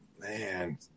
man –